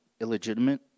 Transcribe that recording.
illegitimate